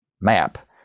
map